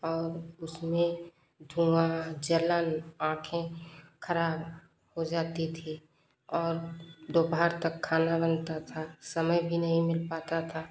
और उसमें धुंआ जलन आँखें खराब हो जाती थी और दोपहर तक खाना बनता था समय भी नहीं मिल पाता था